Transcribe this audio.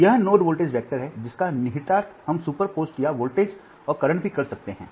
तो यह node voltage vector है जिसका निहितार्थ हम सुपर पोस्ट या वोल्टेज और करंट भी कर सकते हैं